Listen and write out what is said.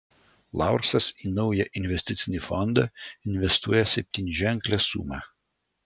laursas į naują investicinį fondą investuoja septyniaženklę sumą